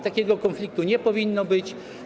Takiego konfliktu nie powinno być.